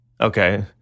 Okay